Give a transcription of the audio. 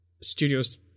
Studios